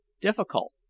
difficult